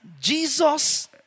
Jesus